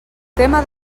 tema